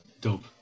Dope